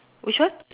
which one